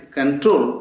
control